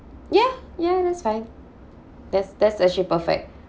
ya ya that's fine that's that's actually perfect